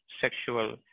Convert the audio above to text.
sexual